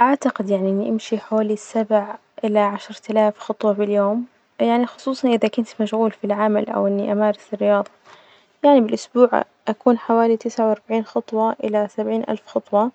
أعتقد يعني إني أمشي حوالي سبع إلى عشرة آلاف خطوة باليوم، يعني خصوصا إذا كنت مشغول في العمل أو إني أمارس الرياضة، يعني بالأسبوع أكون حوالي تسعة وأربعين خطوة إلى سبعين ألف خطوة،